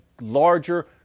larger